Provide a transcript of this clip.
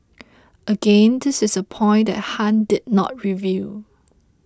again this is a point that Han did not reveal